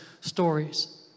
stories